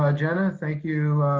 ah jenith. thank you,